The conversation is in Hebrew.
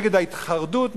נגד ההתחרדות,